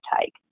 take